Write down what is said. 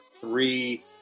three